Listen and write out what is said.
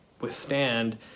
withstand